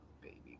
baby